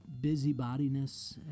busybodiness